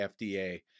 FDA